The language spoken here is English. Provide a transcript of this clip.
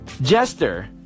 Jester